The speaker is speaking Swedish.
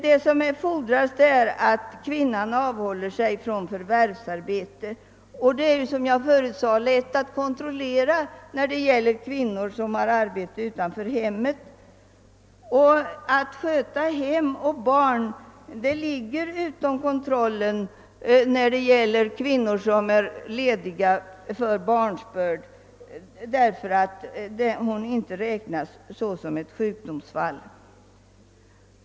Vad som fordras är att kvinna avhåller sig från förvärvsarbete. Det är, som jag förut sade, lätt att kontrollera detta i fråga om kvinnor som har arbete utanför hemmet. Arbetet med att sköta hem och barn ligger utom kontrollen av kvinnor som är lediga för barnsbörd eftersom detta inte räknas som sjukdomsfall.